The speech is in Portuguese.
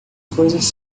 coisas